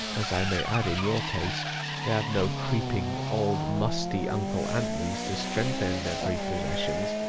as i may add in your case, they have no creeping, old, musty uncle antonys to strengthen their prepossessions,